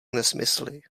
nesmysly